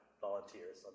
volunteers